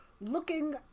looking